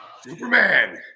Superman